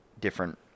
different